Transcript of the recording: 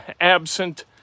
absent